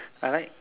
I like